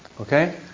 Okay